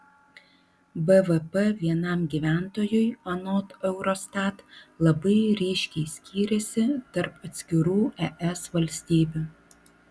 bvp vienam gyventojui anot eurostat labai ryškiai skyrėsi tarp atskirų es valstybių